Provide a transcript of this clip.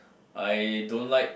I don't like